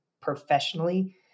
professionally